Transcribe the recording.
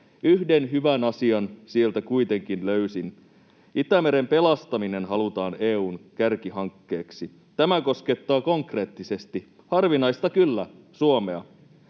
Yhden hyvän asian sieltä kuitenkin löysin: Itämeren pelastaminen halutaan EU:n kärkihankkeeksi. Tämä koskettaa konkreettisesti — harvinaista kyllä — Suomea.